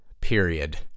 period